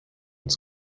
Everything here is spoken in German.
ans